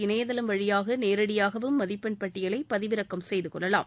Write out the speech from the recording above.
இணையதளம் வழியாக நேரடியாகவும் மதிப்பெண் பட்டியலை பதிவிறக்கம் செய்தகொள்ளலாம்